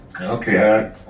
Okay